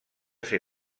ser